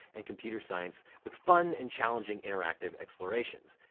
and computer science with fun and challenging interactive explorations.